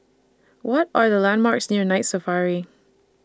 What Are The landmarks near Night Safari